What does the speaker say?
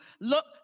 look